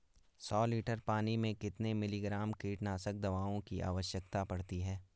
सौ लीटर पानी में कितने मिलीग्राम कीटनाशक दवाओं की आवश्यकता पड़ती है?